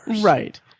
Right